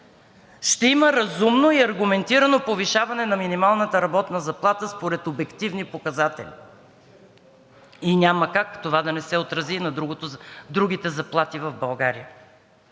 ще има разумно и аргументирано повишаване на минималната работна заплата според обективни показатели и няма как това да не се отрази на другите заплати в България.